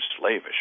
slavish